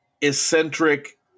eccentric